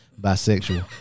bisexual